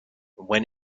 when